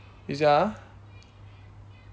you say ah